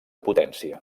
potència